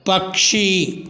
पक्षी